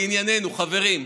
לענייננו, חברים.